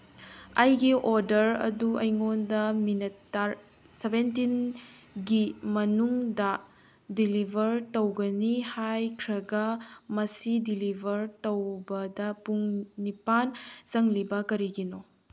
ꯑꯩꯒꯤ ꯑꯣꯗꯔ ꯑꯗꯨ ꯑꯩꯉꯣꯟꯗ ꯃꯤꯅꯤꯠ ꯁꯕꯦꯟꯇꯤꯟꯒꯤ ꯃꯅꯨꯡꯗ ꯗꯤꯂꯤꯕꯔ ꯇꯧꯒꯅꯤ ꯍꯥꯏꯈ꯭ꯔꯒ ꯃꯁꯤ ꯗꯤꯂꯤꯕꯔ ꯇꯧꯕꯗ ꯄꯨꯡ ꯅꯤꯄꯥꯜ ꯆꯪꯂꯤꯕ ꯀꯔꯤꯒꯤꯅꯣ